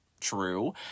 true